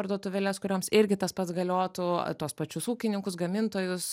parduotuvėlės kurioms irgi tas pats galiotų tuos pačius ūkininkus gamintojus